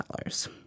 dollars